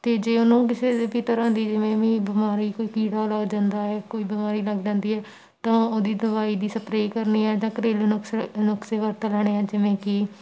ਅਤੇ ਜੇ ਉਹਨੂੰ ਕਿਸੇ ਵੀ ਤਰ੍ਹਾਂ ਦੀ ਜਿਵੇਂ ਵੀ ਬਿਮਾਰੀ ਕੋਈ ਕੀੜਾ ਲੱਗ ਜਾਂਦਾ ਹੈ ਕੋਈ ਬਿਮਾਰੀ ਲੱਗ ਜਾਂਦੀ ਹੈ ਤਾਂ ਉਹਦੀ ਦਵਾਈ ਦੀ ਸਪਰੇ ਕਰਨੀ ਹੈ ਤਾਂ ਘਰੇਲੂ ਨੁਕਸੇ ਨੁਕਸੇ ਵਰਤ ਲੈਣੇ ਹੈ ਜਿਵੇਂ ਕਿ